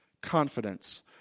Confidence